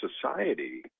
society